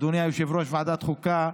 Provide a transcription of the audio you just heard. אדוני יושב-ראש ועדת החוקה,